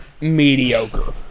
mediocre